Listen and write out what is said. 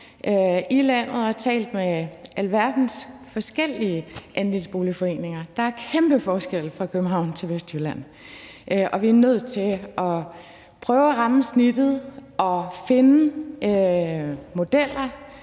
i landet og talt med alverdens forskellige andelsboligforeninger. Der er kæmpe forskelle på København og Vestjylland, og vi er nødt til at prøve at ramme snittet og finde modeller,